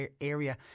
area